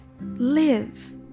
live